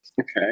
Okay